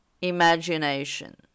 imagination